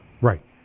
right